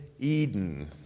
eden